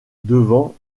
devant